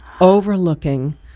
Overlooking